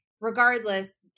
regardless